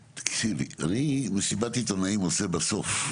תקשיבי, אני מסיבת עיתונאים עושה בסוף.